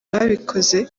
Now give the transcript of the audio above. ababikoze